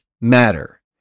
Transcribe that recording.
matter